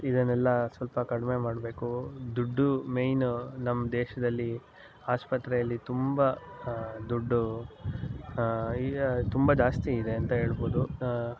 ಇದನ್ನೆಲ್ಲ ಸ್ವಲ್ಪ ಕಡಿಮೆ ಮಾಡಬೇಕು ದುಡ್ಡು ಮೈನು ನಮ್ಮ ದೇಶದಲ್ಲಿ ಆಸ್ಪತ್ರೆಯಲ್ಲಿ ತುಂಬ ದುಡ್ಡು ಈಗ ತುಂಬ ಜಾಸ್ತಿಯಿದೆ ಅಂತ ಹೇಳ್ಬೋದು